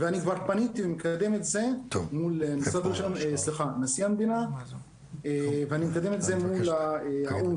אני כבר פניתי לקדם את זה מול נשיא המדינה ואני מקדם את זה מול האו"ם,